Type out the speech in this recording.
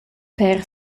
per